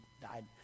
died